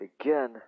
again